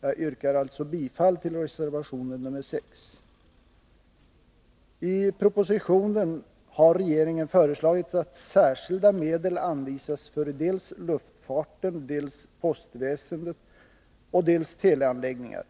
Jag yrkar alltså bifall till reservation 6. I proposition 1982/83:50 har regeringen föreslagit att särskilda medel anvisas för dels luftfarten, dels postväsendet, dels teleanläggningar.